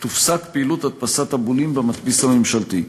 תופסק פעילות הדפסת הבולים במדפיס הממשלתי.